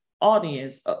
audience